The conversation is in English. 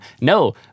No